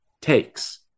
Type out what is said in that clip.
takes